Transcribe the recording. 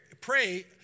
pray